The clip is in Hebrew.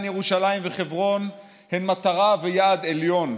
ירושלים וחברון הוא מטרה ויעד עליון.